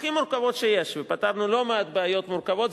הכי מורכבות שיש, ופתרנו לא מעט בעיות מורכבות.